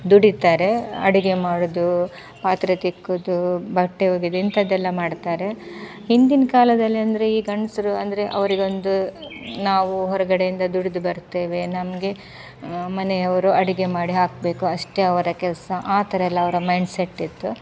ದುಡಿತಾರೆ ಅಡುಗೆ ಮಾಡೋದು ಪಾತ್ರೆ ತಿಕ್ಕೋದು ಬಟ್ಟೆ ಒಗಿಯೋದು ಇಂಥದ್ದೆಲ್ಲ ಮಾಡ್ತಾರೆ ಹಿಂದಿನ ಕಾಲದಲ್ಲಿ ಅಂದರೆ ಈ ಗಂಡಸ್ರು ಅಂದರೆ ಅವರಿಗೊಂದು ನಾವು ಹೊರಗಡೆಯಿಂದ ದುಡಿದು ಬರ್ತೇವೆ ನಮಗೆ ಮನೆಯವರು ಅಡುಗೆ ಮಾಡಿ ಹಾಕಬೇಕು ಅಷ್ಟೇ ಅವರ ಕೆಲಸ ಆ ಥರ ಎಲ್ಲಾ ಅವರ ಮೈಂಡ್ ಸೆಟ್ಟಿತ್ತು